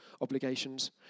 obligations